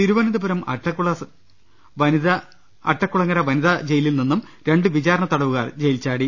തിരുവനന്തപുരം അട്ടക്കുളങ്ങര വനിതാ ജയിലിൽ നിന്നും രണ്ട് വിചാരണത്തടവുകാർ ജയിൽ ചാടി